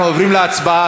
אנחנו עוברים להצבעה.